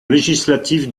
législative